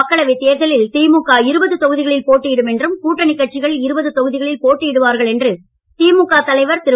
மக்களவை தேர்தலில் திமுக இருபது தொகுதிகளில் போட்டியிடும் என்றும் கூட்டணி கட்சிகள் இருபது தொகுதிகளில் போட்டியிடுவார்கள் என்று திமுக தலைவர் திரு